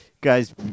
guys